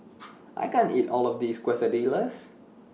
I can't eat All of This Quesadillas